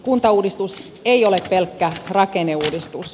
kuntauudistus ei ole pelkkä rakenneuudistus